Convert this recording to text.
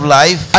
life